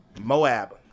Moab